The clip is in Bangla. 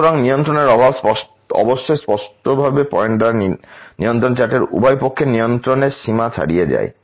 সুতরাং নিয়ন্ত্রণের অভাব অবশ্যই স্পষ্টভাবে পয়েন্ট দ্বারা নিয়ন্ত্রণ চার্টের উভয় পক্ষের নিয়ন্ত্রণের সীমা ছাড়িয়ে যায়